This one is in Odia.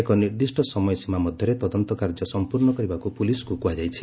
ଏକ ନିର୍ଦ୍ଦିଷ୍ଟ ସମୟସୀମା ମଧ୍ୟରେ ତଦନ୍ତ କାର୍ଯ୍ୟ ସମ୍ପର୍ଣ୍ଣ କରିବାକୁ ପୁଲିସ୍କୁ କୁହାଯାଇଛି